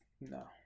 no